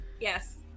Yes